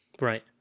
Right